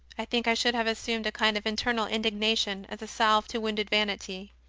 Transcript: i think i should have assumed a kind of internal indignation as a salve to wounded vanity.